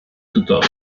tutor